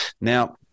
Now